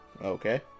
Okay